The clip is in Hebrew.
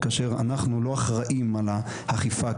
כאשר אנחנו לא אחראים על האכיפה,